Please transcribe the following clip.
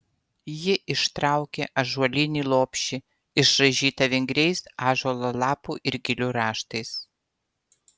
ji ištraukė ąžuolinį lopšį išraižytą vingriais ąžuolo lapų ir gilių raštais